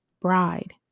bride